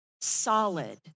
solid